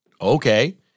Okay